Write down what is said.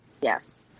Yes